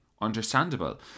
understandable